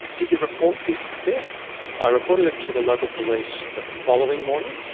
did you report this theft? i reported it to the local police the following morning.